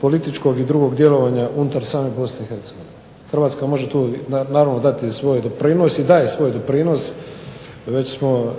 političkog i drugog djelovanja unutar Bosne i Hercegovine. Hrvatska normalno može tu dati svoj doprinos i daje doprinos, već smo